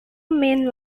main